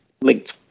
linked